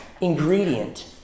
ingredient